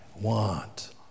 want